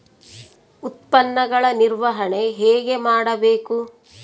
ಉತ್ಪನ್ನಗಳ ನಿರ್ವಹಣೆ ಹೇಗೆ ಮಾಡಬೇಕು?